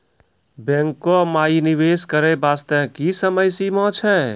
बैंको माई निवेश करे बास्ते की समय सीमा छै?